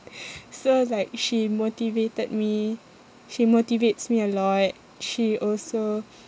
so like she motivated me she motivates me a lot she also